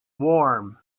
warm